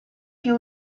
più